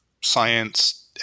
science